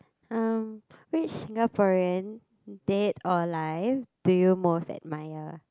um which Singaporean dead or alive do you most admire